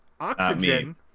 oxygen